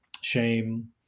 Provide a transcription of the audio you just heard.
shame